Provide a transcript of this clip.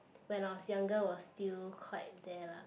when I was younger was still quite there lah